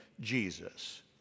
Jesus